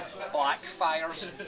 blackfires